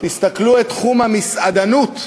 תסתכלו על תחום המסעדנות.